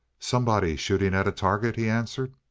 somebody shooting at a target, he answered.